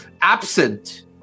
absent